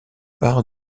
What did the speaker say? par